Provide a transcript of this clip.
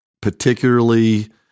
particularly